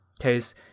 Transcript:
case